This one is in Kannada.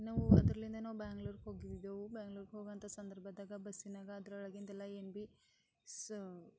ನಾವು ಅದ್ರಲಲ್ಲಿಂದನೂ ಬೆಂಗ್ಳೂರಿಗೆ ಹೋಗಿದ್ದೆವು ಬೆಂಗ್ಳೂರು ಹೋಗುವಂಥ ಸಂದರ್ಭದಾಗ ಬಸ್ಸಿನಾಗ ಅದರೊಳಗಿಂದೆಲ್ಲ ಏನು ಭೀ ಸಹಾ